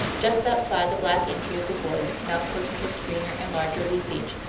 just outside the black entry of the wood, now curtained with greener and larger leafage,